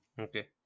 Okay